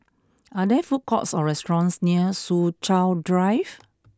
are there food courts or restaurants near Soo Chow Drive